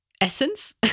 essence